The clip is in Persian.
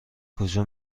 کجا